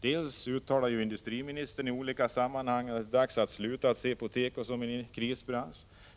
Dels uttalar industriministern i olika sammanhang att det är dags att sluta se på tekoindustrin som en krisbransch,